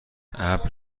ابر